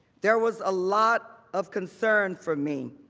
there was a lot of concern for me.